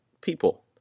people